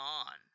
on